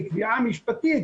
לקביעה משפטית,